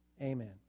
amen